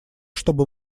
чтобы